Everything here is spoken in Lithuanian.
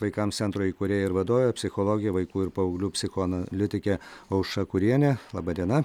vaikams centro įkūrėja ir vadovė psichologė vaikų ir paauglių psichoanalitikė aušra kurienė laba diena